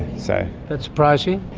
so that surprise you?